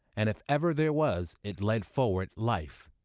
and if ever there was it led forward life,